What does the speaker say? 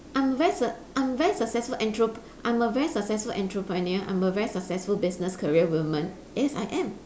I'm a very s~ I'm a very successful entrep~ I'm a very successful entrepreneur I'm a very successful business career woman yes I am